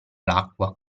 l’acqua